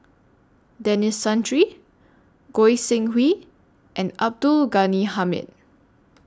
Denis Santry Goi Seng Hui and Abdul Ghani Hamid